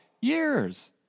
years